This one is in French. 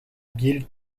bill